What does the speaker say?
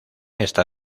está